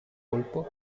colpo